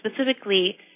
specifically